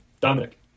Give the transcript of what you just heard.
Dominic